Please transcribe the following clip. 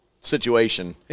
situation